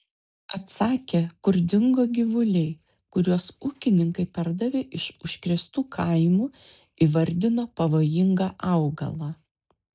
atsakė kur dingo gyvuliai kuriuos ūkininkai pardavė iš užkrėstų kaimų įvardino pavojingą augalą